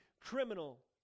criminal